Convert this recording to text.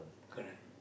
correct